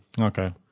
okay